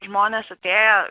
žmonės atėję